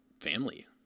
family